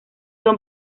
son